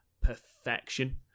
perfection